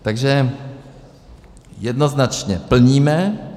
Takže jednoznačně plníme.